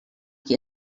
qui